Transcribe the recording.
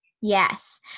Yes